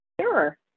Sure